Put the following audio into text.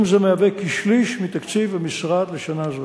סכום זה מהווה כשליש מתקציב המשרד לשנה זו.